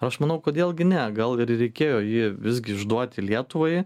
aš manau kodėl gi ne gal ir reikėjo jį visgi išduoti lietuvai